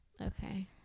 Okay